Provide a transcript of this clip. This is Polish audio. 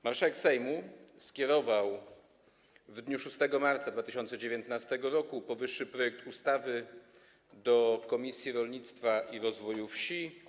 Marszałek Sejmu skierował w dniu 6 marca 2019 r. powyższy projekt ustawy do Komisji Rolnictwa i Rozwoju Wsi.